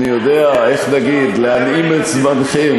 אני יודע, איך נגיד, להנעים את זמנכם